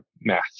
math